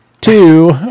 Two